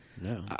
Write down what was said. No